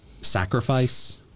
sacrifice